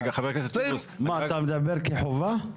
אתה מדבר על כך שזאת חובה?